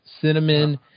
cinnamon